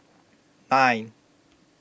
nine